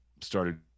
started